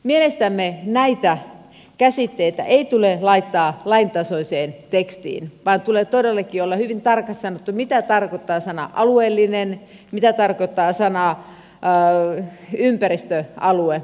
mielestämme näitä käsitteitä ei tule laittaa laintasoiseen tekstiin vaan tulee todellakin olla hyvin tarkasti sanottu mitä tarkoittaa sana alueellinen mitä tarkoittaa sana ympäristöalue